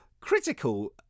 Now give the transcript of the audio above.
critical